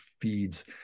feeds